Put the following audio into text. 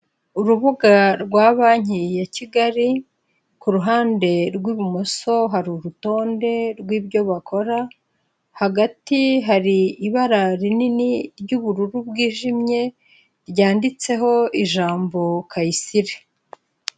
Urubuga rwa banki ya Kigali, ku ruhande rw'ibumoso hari urutonde rw'ibyo bakora, hagati hari ibara rinini ry'ubururu bwijimye ryanditseho ijambo Kayisire.